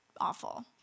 awful